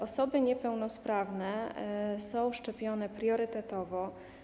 Osoby niepełnosprawne są szczepione priorytetowo.